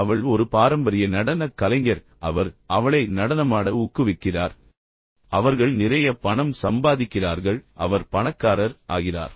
அவள் ஒரு பாரம்பரிய நடனக் கலைஞர் அவர் அவளை நடனமாட ஊக்குவிக்கிறார் பின்னர் அவர்கள் நிறைய பணம் சம்பாதிக்கிறார்கள் அவர் பணக்காரர் ஆகிறார்